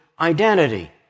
identity